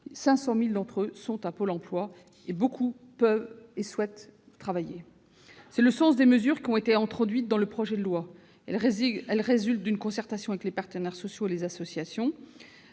500 000 d'entre elles sont inscrites à Pôle emploi, alors que beaucoup peuvent, et souhaitent, travailler. C'est le sens des mesures qui ont été introduites dans le projet de loi. Elles résultent d'une concertation avec les partenaires sociaux et les associations,